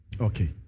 Okay